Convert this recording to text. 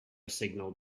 signal